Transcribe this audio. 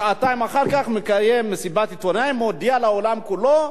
שעתיים אחר כך מקיים מסיבת עיתונאים ומודיע לעולם כולו: